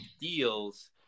deals